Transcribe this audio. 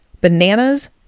Bananas